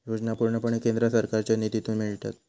योजना पूर्णपणे केंद्र सरकारच्यो निधीतून मिळतत